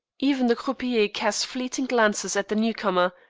even the croupiers cast fleeting glances at the new-comer,